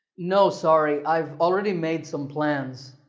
no, sorry, i've already made some plans.